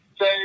say